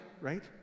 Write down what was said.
right